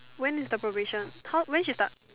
when is the probation how when she start